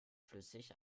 flüssig